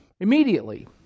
immediately